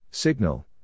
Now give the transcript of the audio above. Signal